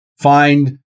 find